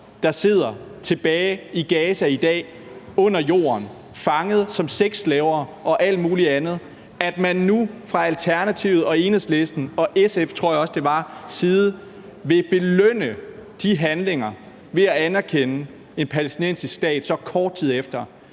der sidder tilbage i Gaza i dag under jorden, fanget som sexslaver og alt muligt andet, at man nu fra Alternativets, Enhedslistens og SF's, tror jeg også det var, side vil belønne de handlinger ved at anerkende en palæstinensisk stat så kort tid efter